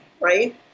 right